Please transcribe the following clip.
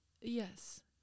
yes